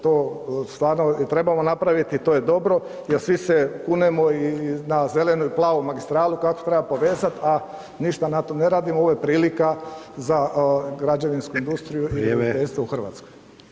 To stvarno trebamo napraviti, to je dobro jel svi se kunemo na zelenu i plavu magistralu kako treba povezati, a ništa na tom ne radimo, ovo je prilika za građevinsku industriju i [[Upadica: Vrijeme.]] graditeljstvo u Hrvatskoj.